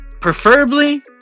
preferably